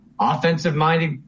offensive-minded